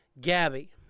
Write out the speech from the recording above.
Gabby